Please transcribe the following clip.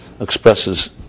expresses